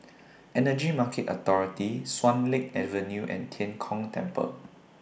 Energy Market Authority Swan Lake Avenue and Tian Kong Temple